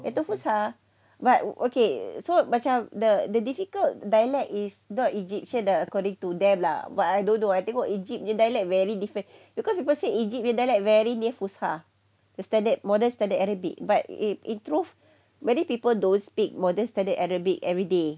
itu fusha but okay so macam the the difficult dialect is not egyptian lah according to them lah but I don't know I tengok egypt in dialect very different because people say egypt punya dialect very near fusha the standard model standard arabic but if it drove many people don't speak more than studied arabic everyday